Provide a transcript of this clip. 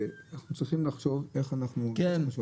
אנחנו צריכים לחשוב איך אנחנו פועלים כאן.